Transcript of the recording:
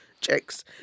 checks